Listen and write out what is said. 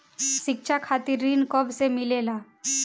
शिक्षा खातिर ऋण कब से मिलेला?